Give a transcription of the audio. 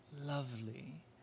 lovely